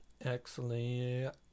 Excellent